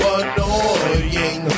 annoying